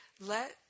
Let